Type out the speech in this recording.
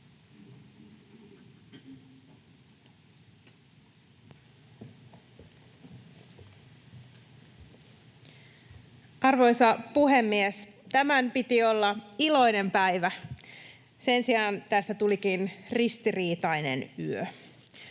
Arvoisa puhemies! Tämän piti olla iloinen päivä. Sen sijaan tästä tulikin ristiriitainen yö.